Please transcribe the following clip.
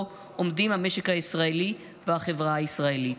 עומדים המשק הישראלי והחברה הישראלית,